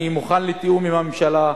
אני מוכן לתיאום עם הממשלה,